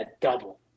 double